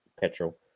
petrol